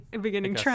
beginning